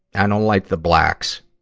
i don't like the blacks.